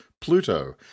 Pluto